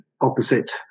opposite